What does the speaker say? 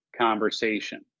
conversation